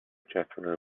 jethro